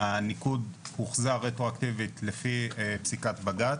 הניקוד הוחזר רטרואקטיבית לפי פסיקת בג"ץ.